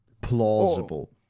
Plausible